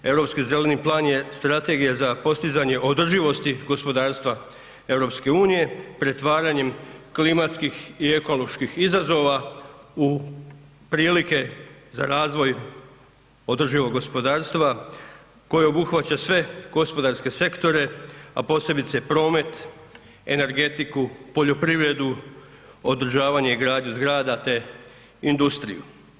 Europski zeleni plan je strategija za postizanje održivosti gospodarstva EU pretvaranjem klimatskih i ekološki izazova u prilike za razvoj održivog gospodarstva koje obuhvaća sve gospodarske sektore, a posebice promet, energetiku, poljoprivredu, održavanje i gradnju zgrada te industriju.